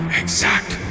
exact